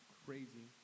crazy